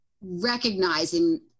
recognizing